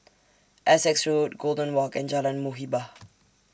Essex Road Golden Walk and Jalan Muhibbah